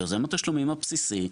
ליוזם התשלומים הבסיסי,